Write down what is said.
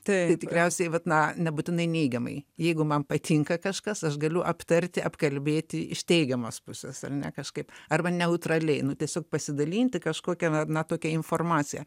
tai tikriausiai vat na nebūtinai neigiamai jeigu man patinka kažkas aš galiu aptarti apkalbėti iš teigiamos pusės ar ne kažkaip arba neutraliai nu tiesiog pasidalinti kažkokia na tokia informacija